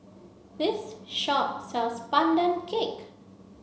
this shop sells pandan cake